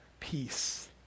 peace